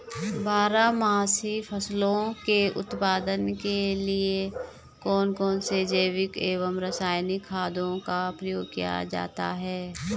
बारहमासी फसलों के उत्पादन के लिए कौन कौन से जैविक एवं रासायनिक खादों का प्रयोग किया जाता है?